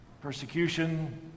persecution